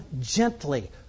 gently